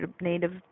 native